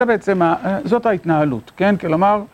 זה בעצם, זאת ההתנהלות, כן? כלומר...